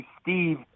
Steve